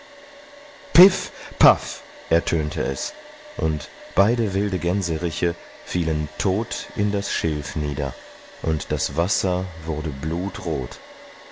paff ertönte es und beide wilde gänseriche fielen tot in das schilf nieder und das wasser wurde blutrot